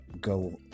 go